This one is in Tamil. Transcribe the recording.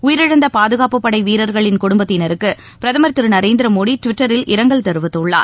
உயிரிழந்தபாதுகாப்புப் படைவீரர்களின் குடும்பத்தினருக்குபிரதமர் திருநரேந்திரமோடிடுவிட்டரில் இரங்கல் தெரிவித்துள்ளார்